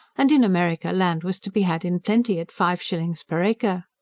and in america land was to be had in plenty at five shillings per acre.